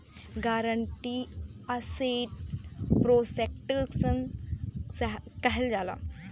guarantee asset protection कहल जाला